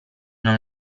non